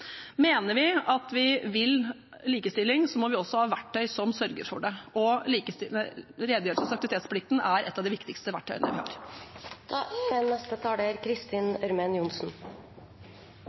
Mener vi at vi vil likestilling, må vi også har verktøy som sørger for det. Aktivitets- og redegjørelsesplikten er et av de viktigste verktøyene vi har. Jeg er